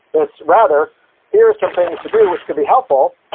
it's rather here are some things to do which can be helpful,